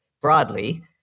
broadly